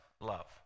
love